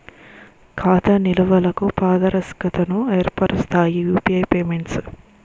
ఖాతా నిల్వలకు పారదర్శకతను ఏర్పరుస్తాయి యూపీఐ పేమెంట్స్